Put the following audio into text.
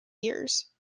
years